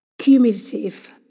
cumulative